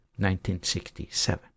1967